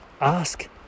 Ask